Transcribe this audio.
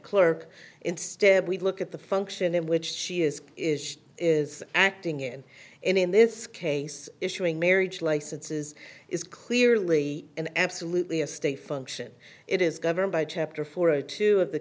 clerk instead we look at the function in which she is is acting and in this case issuing marriage licenses is clearly an absolutely a state function it is governed by chapter four or two of the